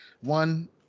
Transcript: one